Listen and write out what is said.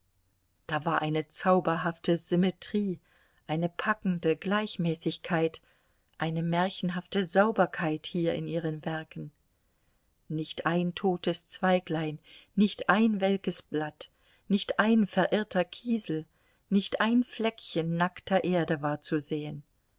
da war eine zauberhafte symmetrie eine packende gleichmäßigkeit eine märchenhafte sauberkeit hier in ihren werken nicht ein totes zweiglein nicht ein welkes blatt nicht ein verirrter kiesel nicht ein fleckchen nackter erde war zu sehen